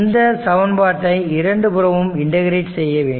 இந்த சமன்பாட்டை இரண்டு புறமும் இன்டக்கிரேட் செய்ய வேண்டும்